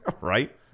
Right